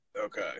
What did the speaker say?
Okay